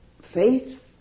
Faith